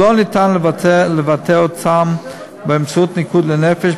שלא ניתן לבטא אותם באמצעות ניקוד לנפש,